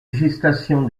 législation